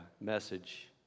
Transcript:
message